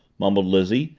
mumbled lizzie,